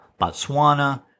Botswana